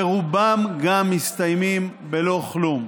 ורובן גם מסתיימות בלא כלום.